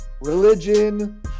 religion